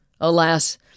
Alas